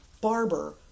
Barber